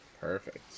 Perfect